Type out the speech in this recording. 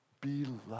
beloved